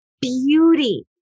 beauty